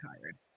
tired